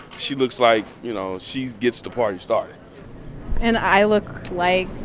she looks like, you know, she gets the party started and i look like.